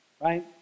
Right